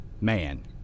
man